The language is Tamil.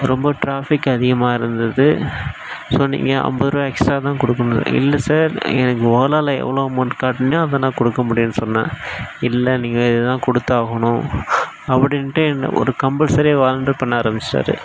ரொம்ப ட்ராஃபிக் அதிகமாக இருந்தது ஸோ நீங்கள் ஐம்பதுருவா எக்ஸ்ட்ரா தான் கொடுக்கணும் இல்லை சார் எனக்கு ஓலால எவ்வளோ அமௌண்ட் காட்டுனுச்சோ அதை நான் கொடுக்க முடியும்னு சொன்னேன் இல்லை நீங்கள் இதுதான் கொடுத்தாகணும் அப்படின்ட்டு ஒரு கம்பள்சரியாக வாலன்டர் பண்ண ஆரம்பிச்சிட்டார்